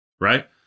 Right